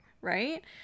right